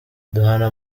duhana